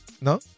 No